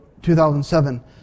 2007